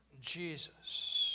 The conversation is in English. Jesus